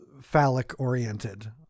phallic-oriented